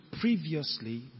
previously